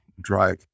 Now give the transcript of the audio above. drive